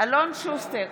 אלון שוסטר,